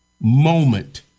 moment